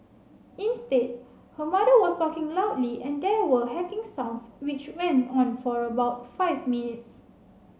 instead her mother was talking loudly and there were hacking sounds which went on for about five minutes